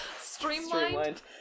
Streamlined